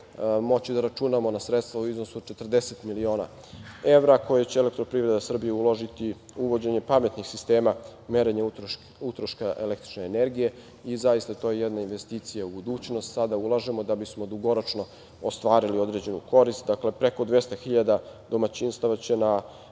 moći da računamo na sredstva u iznosu od 40 miliona evra koje će Elektroprivreda Srbije uložiti u uvođenje pametnih sistema merenja utroška električne energije. I zaista, to je jedna investicija u budućnost, sada ulažemo da bismo dugoročno ostvarili određenu korist. Dakle, preko 200 hiljada domaćinstava će na